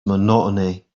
monotony